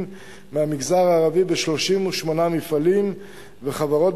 מהמגזר הערבי ב-38 מפעלים וחברות,